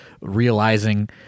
realizing